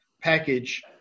package